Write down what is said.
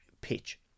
Pitch